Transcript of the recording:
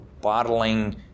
bottling